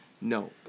No